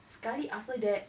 sekali after that